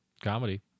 Comedy